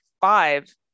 five